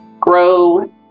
grow